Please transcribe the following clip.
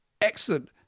excellent